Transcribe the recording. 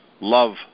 love